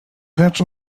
patch